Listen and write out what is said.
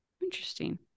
interesting